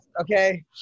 okay